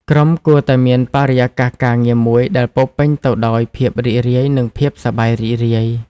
ក្រុមគួរតែមានបរិយាកាសការងារមួយដែលពោរពេញទៅដោយភាពរីករាយនិងភាពសប្បាយរីករាយ។